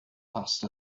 passed